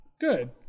good